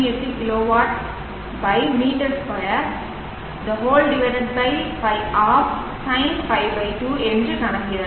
38 kW m2 π sin π 2 என்று கணக்கிடலாம்